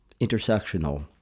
intersectional